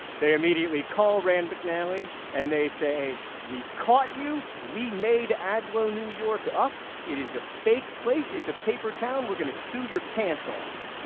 they immediately called rand mcnally, and they say, we've caught you! we made agloe, new york, up. it is a fake place. it's a paper town. we're going to sue your pants off!